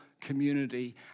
community